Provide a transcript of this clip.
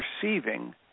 perceiving